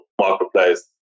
marketplace